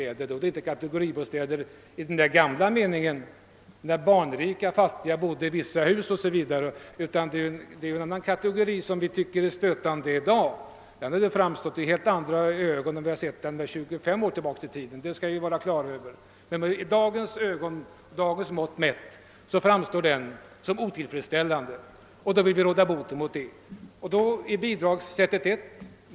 Härmed åsyftades då inte kategoribostäder i den gamla meningen, d. v. s. bestämda hus för barnrika, fattiga o.s. v., utan det är i dag andra uppdelningar som ter sig stötande. Vi ser nu på detta på ett helt annat sätt än för 25 år sedan. Med dagens mått mätt framstår den kategoribebyggelse som finns som ett otillfredsställande fenomen, som vi vill råda bot på. Ett sätt härför är bidragsgivningen.